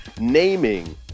naming